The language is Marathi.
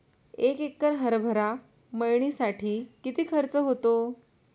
एक एकर हरभरा मळणीसाठी किती खर्च होतो?